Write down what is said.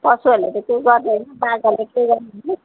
पशुहरूले त केही गर्दैन बाघहरूले केही गर्दैन